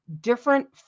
different